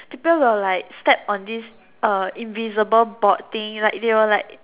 people will like step on this uh invisible board thing like they will like